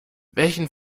welchen